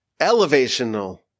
elevational